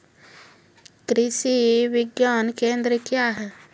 कृषि विज्ञान केंद्र क्या हैं?